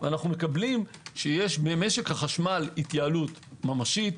אנו מקבלים שיש במשק החשמל התייעלות ממשית,